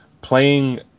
playing